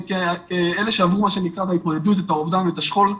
אלה שעברו בהתמודדות את האובדן ואת השכול,